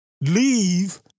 leave